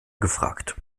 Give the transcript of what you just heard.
gefragt